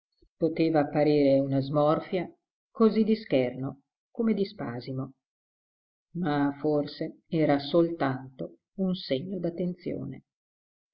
poteva parere una smorfia così di scherno come di spasimo ma forse era soltanto un segno